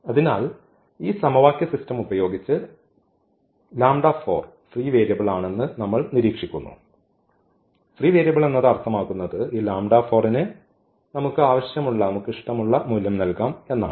അതിനാൽ ഈ സമവാക്യ സിസ്റ്റം ഉപയോഗിച്ച് ലാംഡ 4 ഫ്രീ വേരിയബിൾ ആണെന്ന് നമ്മൾ നിരീക്ഷിക്കുന്നു ഫ്രീ വേരിയബിൾ എന്നത് അർത്ഥമാക്കുന്നത് ഈ ലാംഡ 4 ന് നമുക്ക് ആവശ്യമുള്ള മൂല്യം നൽകാം എന്നാണ്